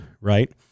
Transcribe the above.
right